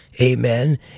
amen